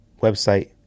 website